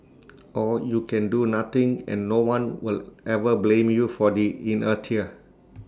or you can do nothing and no one will ever blame you for the inertia